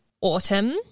autumn